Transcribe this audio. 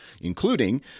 including